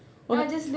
oh